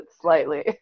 slightly